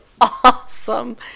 awesome